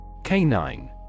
Canine